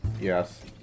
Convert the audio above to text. Yes